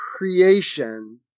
creation